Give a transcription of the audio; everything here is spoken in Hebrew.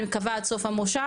אני מקווה עד סוף המושב,